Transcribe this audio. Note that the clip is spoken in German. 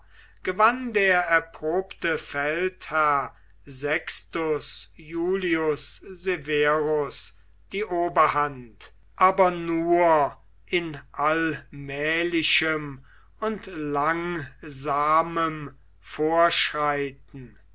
gewann der erprobte feldherr sextus iulius severus die oberhand aber nur in allmählichem und langsamem vorschreiten